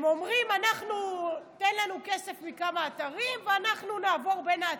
הם אומרים: תן לנו כסף מכמה אתרים ואנחנו נעבור בין האתרים.